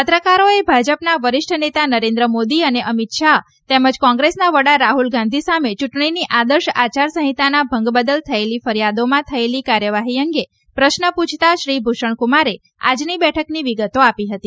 પત્રકારોએ ભાજપના વરિષ્ઠ નેતા નરેન્દ્ર મોદી અને અમિત શાહ તેમજ કોંગ્રેસના વડા રાહુલ ગાંધી સામે ચૂંટણીની આદર્શ આચાર સંહિતાના ભંગ બદલ થયેલી ફરિયાદોમાં થયેલી કાર્યવાહી અંગે પ્રશ્ન પૂછતા શ્રી ભૂષણકુમારે આજની બેઠકની વિગતો આપી હતી